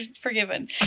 forgiven